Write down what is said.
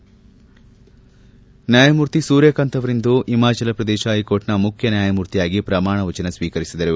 ನ್ನಾಯಮೂರ್ತಿ ಸೂರ್ಯಕಾಂತ್ ಅವರಿಂದು ಹಿಮಾಚಲ ಪ್ರದೇಶ ಹೈಕೋರ್ಟ್ನ ಮುಖ್ಯನ್ನಾಯಮೂರ್ತಿಯಾಗಿ ಪ್ರಮಾಣವಚನ ಸ್ವೀಕರಿಸಿದರು